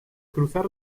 cruzar